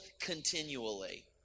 continually